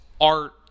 art